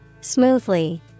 Smoothly